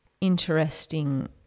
interesting